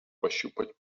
прощупать